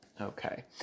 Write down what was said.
Okay